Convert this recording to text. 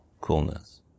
coolness